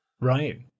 Right